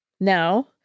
Now